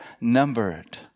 numbered